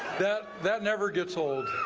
that that never gets old